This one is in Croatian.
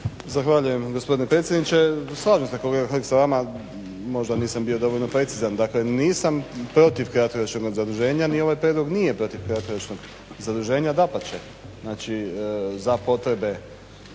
Zahvaljujem vam gospodine predsjedniče. Slažem se kolega Hrg sa vama, možda nisam bio dovoljno precizan. Dakle, nisam protiv kratkoročnog zaduženja, ni ovaj prijedlog nije protiv kratkoročnog zaduženja. Dapače, znači za potrebe